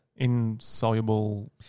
Insoluble